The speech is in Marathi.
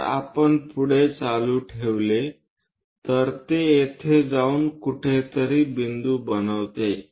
जर आपण पुढे चालू ठेवले तर ते येथे जाऊन कुठेतरी बिंदू बनवते